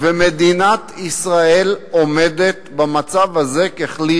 מדינת ישראל עומדת במצב הזה ככלי